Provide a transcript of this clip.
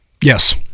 Yes